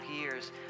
years